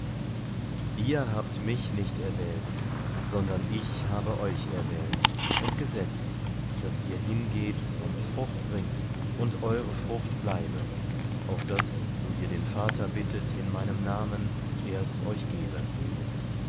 ihr habt mich nicht erwählt sondern ich habe euch erwählt und gesetzt daß ihr hingeht und frucht bringt und eure frucht bleibe auf daß so ihr den vater bittet in meinem namen er's euch gebe